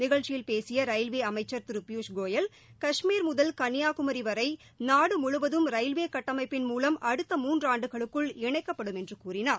நிகழ்ச்சியில் பேசிய ரயில்வே அமைச்சர் திரு பியூஷ் கோயல் கஷ்மீர் முதல் கன்னியாகுமரி வரை நாடு முழுவதும் ரயில்வே கட்டமைப்பின் மூலம் அடுத்த மூன்று ஆண்டுகளுக்குள் இணைக்கப்படும் என்று கூறினார்